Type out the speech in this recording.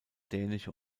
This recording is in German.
dänische